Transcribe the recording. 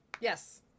Yes